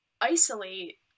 isolate